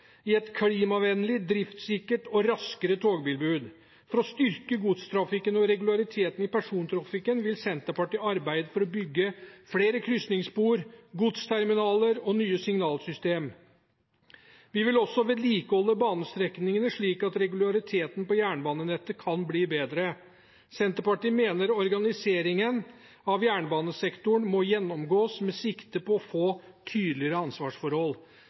i et klimavennlig, driftssikkert og raskere togtilbud. For å styrke godstrafikken og regulariteten i persontrafikken vil Senterpartiet arbeide for å bygge flere krysningsspor, godsterminaler og nye signalsystem. Vi vil også vedlikeholde banestrekningene, slik at regulariteten på jernbanenettet kan bli bedre. Senterpartiet mener organiseringen av jernbanesektoren må gjennomgås med sikte på å få tydeligere ansvarsforhold.